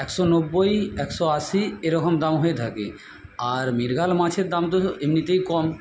একশো নব্বই একশো আশি এরকম দাম হয়ে থাকে আর মৃগেল মাছের দাম তো এমনিতেই কম